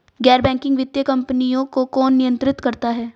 गैर बैंकिंग वित्तीय कंपनियों को कौन नियंत्रित करता है?